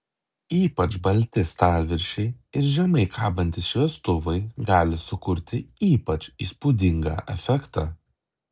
ypač balti stalviršiai ir žemai kabantys šviestuvai gali sukurti ypač įspūdingą efektą